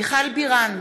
מיכל בירן,